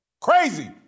crazy